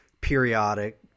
periodic